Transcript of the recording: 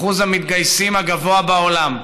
אחוז המתגייסים הגבוה בעולם.